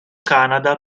canada